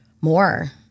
more